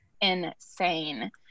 insane